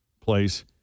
place